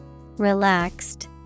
Relaxed